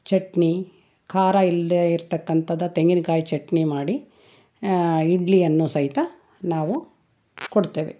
ಚಟ್ನಿ ಖಾರ ಇಲ್ಲದೇ ಇರ್ತಕ್ಕಂಥದ್ದು ತೆಂಗಿನ್ಕಾಯಿ ಚಟ್ನಿ ಮಾಡಿ ಇಡ್ಲಿಯನ್ನು ಸಹಿತ ನಾವು ಕೊಡ್ತೇವೆ